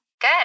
Good